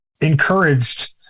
encouraged